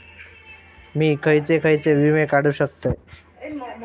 मी खयचे खयचे विमे काढू शकतय?